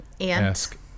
ask